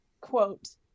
quote